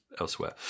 elsewhere